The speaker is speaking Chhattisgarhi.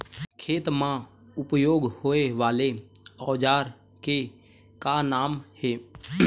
खेत मा उपयोग होए वाले औजार के का नाम हे?